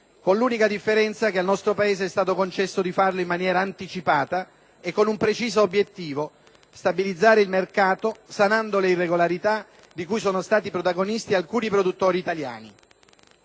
con l'unica differenza che al nostro Paese è stato concesso di farlo in maniera anticipata e con il preciso obiettivo di stabilizzare il mercato sanando le irregolarità di cui sono stati protagonisti alcuni produttori italiani.